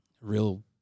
real